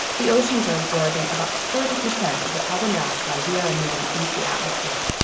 the oceans are absorbing about thirty per cent of the carbon dioxide we are emitting into the atmosphere,